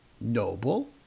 noble